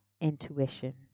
intuition